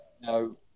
No